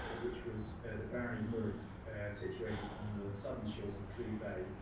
and which was the barony of murrisk situated on the southern shores of clew bay,